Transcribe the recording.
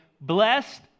blessed